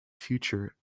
future